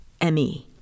M-E